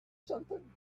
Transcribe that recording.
something